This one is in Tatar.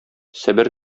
себер